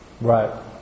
Right